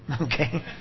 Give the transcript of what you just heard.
Okay